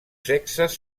sexes